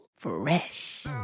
fresh